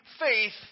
faith